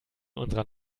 unserer